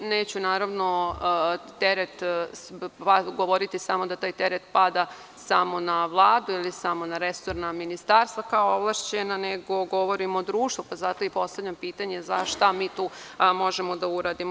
Naravno, neću govoriti da taj teret pada samo na Vladu ili samo na resorna ministarstva kao ovlašćena, nego govorim o društvu, pa zato i postavljam pitanje šta mi tu možemo da uradimo.